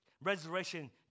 resurrection